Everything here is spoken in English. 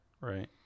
Right